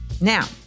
Now